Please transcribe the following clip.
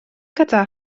gyda